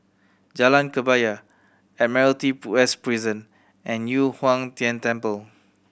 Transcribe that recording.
Jalan Kebaya Admiralty West Prison and Yu Huang Tian Temple